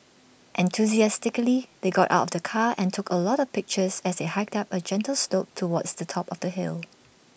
enthusiastically they got out of the car and took A lot of pictures as they hiked up A gentle slope towards the top of the hill